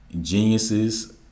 geniuses